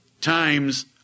times